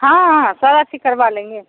हाँ हाँ सारा ठीक करवा लेंगे